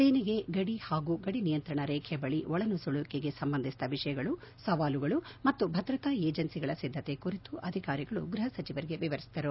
ಸೇನೆಗೆ ಗಡಿ ಹಾಗೂ ಗಡಿ ನಿಯಂತ್ರಣ ರೇಖೆಯ ಬಳಿ ಒಳನುಸುಳುವಿಕೆಗೆ ಸಂಬಂಧಿಸಿದ ವಿಷಯಗಳು ಸವಾಲುಗಳು ಮತ್ತು ಭದ್ರತಾ ಏಜೆನ್ಸಿಗಳ ಸಿದ್ದತೆ ಕುರಿತು ಅಧಿಕಾರಿಗಳು ಗ್ವಹ ಸಚಿವರಿಗೆ ವಿವರಿಸಿದರು